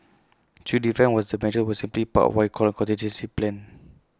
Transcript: chew's defence was the measures were simply part what he called A contingency plan